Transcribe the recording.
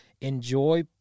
enjoy